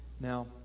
now